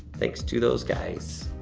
thanks to those guys,